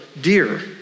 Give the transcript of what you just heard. dear